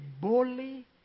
boldly